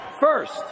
First